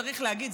צריך להגיד.